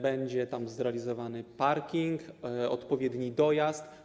Będzie tam zrealizowany parking i odpowiedni dojazd.